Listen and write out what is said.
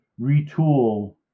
retool